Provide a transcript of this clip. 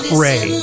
ray